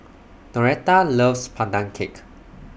Noreta loves Pandan Cake